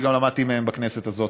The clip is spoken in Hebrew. וגם למדתי מהם בכנסת הזאת.